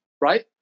right